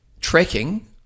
tracking